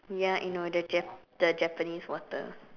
ya I know the Jap~ the Japanese water